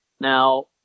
now